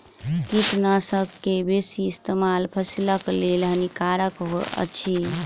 कीटनाशक के बेसी इस्तेमाल फसिलक लेल हानिकारक अछि